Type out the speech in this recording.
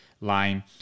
Line